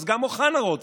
אז גם אוחנה רוצה.